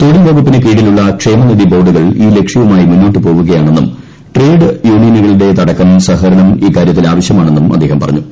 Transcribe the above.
തൊഴിൽ വകുപ്പിനു കീഴിലുള്ള ക്ഷേമനിധി ബോർഡുകൾ ഈ ലക്ഷ്യവുമായി മുന്നോട്ടു പോകുകയാണെന്നും ട്രേഡ് യൂണിയ നുകളുടേതടക്കം സഹകരണം ഇക്കാര്യത്തിൽ ആവശ്യമാണെന്നും അദ്ദേഹം പറഞ്ഞു